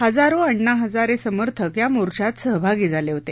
हजारो अण्णा हजारे समर्थक या मोर्चात सहभागी झाले होते